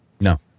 No